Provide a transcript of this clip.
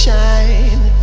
Shine